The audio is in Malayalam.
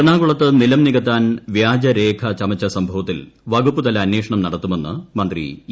എറണാകുളത്ത് നിൽം നികത്താൻ വ്യാജരേഖ ചമച്ച ന് സംഭവത്തിൽ വ്കുപ്പുതല അന്വേഷണം നടത്തുമെന്ന് മന്ത്രി ഇ